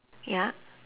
ya